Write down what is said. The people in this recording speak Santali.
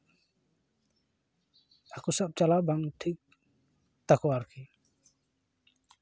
ᱦᱟᱹᱠᱩ ᱥᱟᱵ ᱪᱟᱞᱟᱣ ᱵᱟᱝ ᱴᱷᱤᱠ ᱛᱟᱠᱚᱣᱟ ᱟᱨᱠᱤ